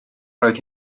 roedd